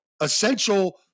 essential